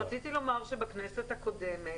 רציתי לומר שבכנסת הקודמת,